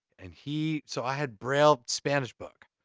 and he, so i had braille spanish book.